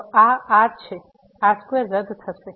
તો આ r છે r2 રદ થશે